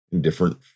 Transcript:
Different